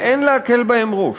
ואין להקל בהם ראש.